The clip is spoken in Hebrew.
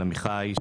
של עמיחי,